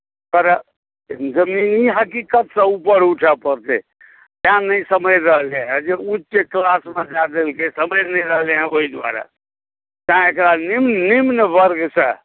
sir जमीनी हकीकतसँ ऊपर उठय पड़तै सएह नहि सम्हरि रहलै हेँ जे उच्च क्लासमे दए देलकै सम्हरि नहि रहलै हेँ ओहि दुआरे तेँ एकरा निम्न वर्गसँ